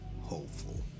hopeful